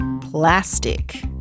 plastic